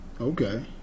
Okay